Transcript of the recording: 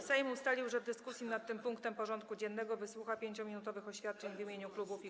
Sejm ustalił, że w dyskusji nad tym punktem porządku dziennego wysłucha 5-minutowych oświadczeń w imieniu klubów i kół.